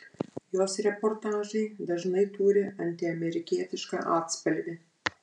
jos reportažai dažnai turi antiamerikietišką atspalvį